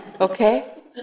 Okay